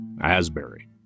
Asbury